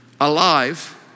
alive